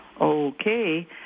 Okay